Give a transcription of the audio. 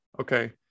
okay